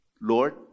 Lord